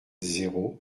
zéro